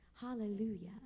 Hallelujah